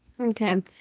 Okay